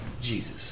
Jesus